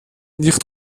nicht